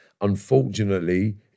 unfortunately